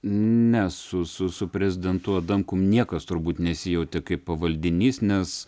ne su su prezidentu adamkumi niekas turbūt nesijautė kaip pavaldinys nes